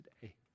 today